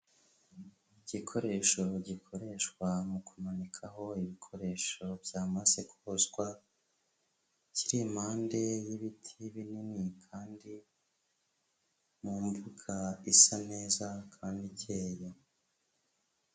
Igikoresho gikoreshwa mu kumanikaho ibikoresho byamaze kozwa, kiri impande y'ibiti binini kandi mu mbuga isa neza kandi ikeye.